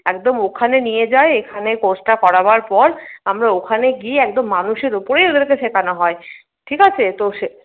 একদম ওখানে নিয়ে যায় এখানে কোর্সটা করাবার পর আমরা ওখানে গিয়ে একদম মানুষের উপরেই ওদেরকে শেখানো হয় ঠিক আছে তো সে